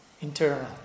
internal